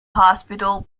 hospital